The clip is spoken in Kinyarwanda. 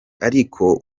ariko